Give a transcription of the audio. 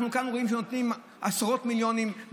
אנחנו רואים כאן שנותנים עשרות מיליונים,